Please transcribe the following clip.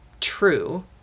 true